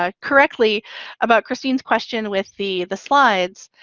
ah correctly about christine's question with the, the slides.